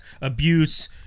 abuse